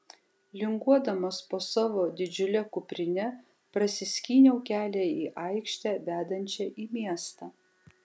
linguodamas po savo didžiule kuprine prasiskyniau kelią į aikštę vedančią į miestą